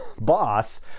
boss